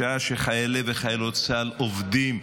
בשעה שחיילי וחיילות צה"ל עובדים,